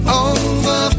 over